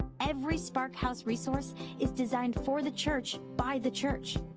every sparkhouse resource is designed for the church, by the church.